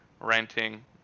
renting